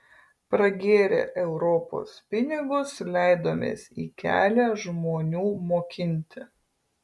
pragėrę europos pinigus leidomės į kelią žmonių mokinti